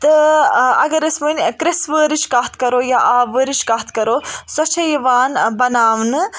تہٕ اگر أسۍ وۄنۍ کِرژھوٲرِچ کَتھ کَرو یا آبہٕ وٲرِچ کَتھ کَرو سۄ چھِ یوان بناونہٕ